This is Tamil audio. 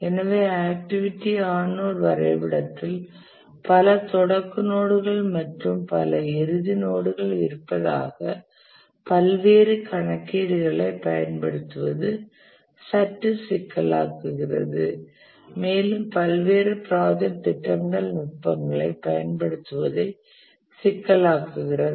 எனவே ஆக்டிவிட்டி ஆன் நோட் வரைபடத்தில் பல தொடக்க நோடுகள் மற்றும் பல இறுதி நோடுகள் இருப்பதால் பல்வேறு கணக்கீடுகளைப் பயன்படுத்துவது சற்று சிக்கலாக்குகிறது மேலும் பல்வேறு ப்ராஜெக்ட் திட்டமிடல் நுட்பங்களைப் பயன்படுத்துவதை சிக்கலாக்குகிறது